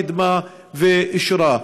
קידמה ואישרה.